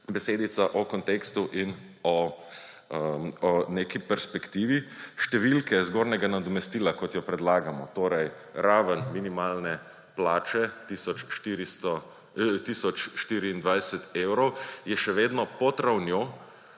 besedica o kontekstu in o neki perspektivi. Številke zgornjega nadomestila, kot jo predlagamo, torej raven minimalne plače tisoč 24 evrov, je še vedno pod ravnjo,